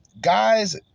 guys